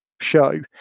show